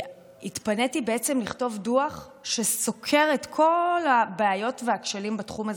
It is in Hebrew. התפניתי לכתוב דוח שסוקר את כל הבעיות והכשלים בתחום הזה.